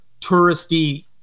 touristy